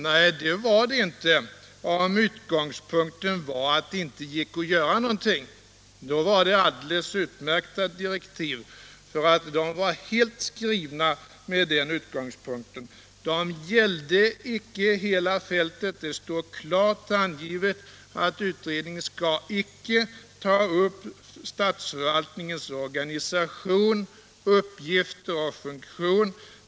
Nej, det var det inte — om utgångspunkten var att det inte gick att göra någonting. Då var det alldeles utmärkta direktiv. De var nämligen skrivna helt med den utgångspunkten. De gällde inte hela fältet. Det står klart utsagt att utredningen inte skall ta upp statsförvaltningens organisation, uppgifter och funktion.